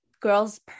girls